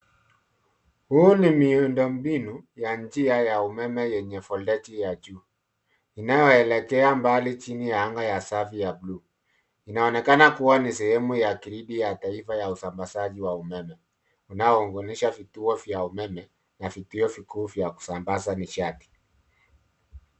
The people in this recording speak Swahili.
Huu ni miundo mbinu ya njia ya umeme yenye voltaji ya juu. Inayoelekea mbali chini ya anga ya safi ya buluu. Inaonekana kuwa ni sehemu ya gridi ya taifa ya usambazaji wa umeme inayounganisha vituo vya umeme na vituo vikuu vya kusambaza nishati.